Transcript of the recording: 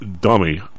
dummy